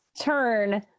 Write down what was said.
turn